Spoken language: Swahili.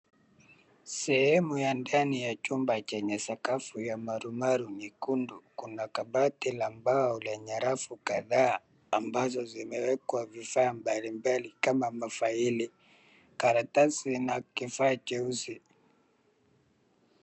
Sehemu ya ndani ya chumba chenye sakafu ya marumaru nyekundu, kuna kabati la mbao lenye rafu kadhaa ambazo zimewekwa vifaa mablimbali kama mafaili, karatasi na kifaa cheusi.